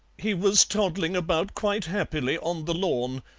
he was toddling about quite happily on the lawn,